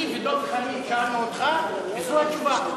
אני ודב חנין שאלנו אותך, וזו הייתה התשובה.